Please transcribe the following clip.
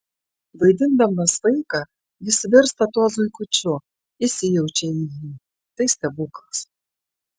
vaidindamas vaiką jis virsta tuo zuikiuku įsijaučia į jį tai stebuklas